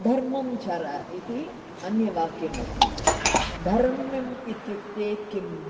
धर्मं चर इति अन्यवाक्यमस्ति धर्मम् इत्युक्ते किम्